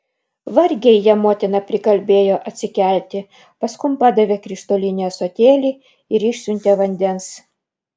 vargiai ją motina prikalbėjo atsikelti paskum padavė krištolinį ąsotėlį ir išsiuntė vandens